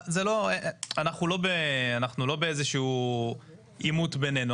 אנחנו לא באיזה שהוא עימות בינינו.